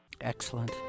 Excellent